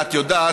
את יודעת,